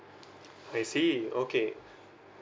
I see okay